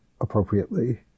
appropriately